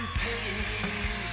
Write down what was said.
pain